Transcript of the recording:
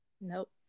Nope